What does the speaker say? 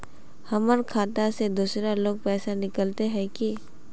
हमर खाता से दूसरा लोग पैसा निकलते है की?